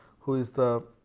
who is the